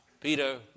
Peter